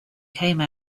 came